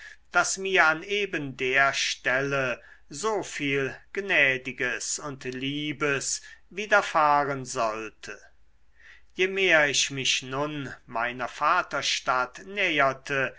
daß mir an eben der stelle so viel gnädiges und liebes widerfahren sollte je mehr ich mich nun meiner vaterstadt näherte